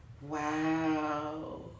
wow